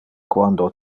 quando